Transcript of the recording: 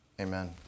Amen